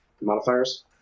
modifiers